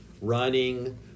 running